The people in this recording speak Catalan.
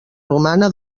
romana